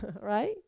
right